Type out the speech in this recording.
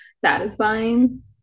satisfying